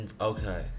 okay